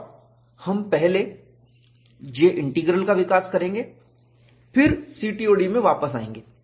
और हम पहले J इंटीग्रल का विकास करेंगे फिर CTOD में वापस आएंगे